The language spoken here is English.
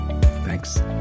Thanks